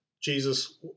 Jesus